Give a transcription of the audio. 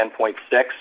10.6